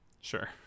Sure